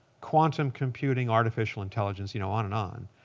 quantum computing artificial intelligence, you know, on and on,